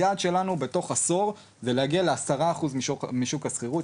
היעד שלנו בתוך עשור זה להגיע ל-10% משוק השכירות,